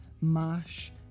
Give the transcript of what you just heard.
mash